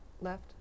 left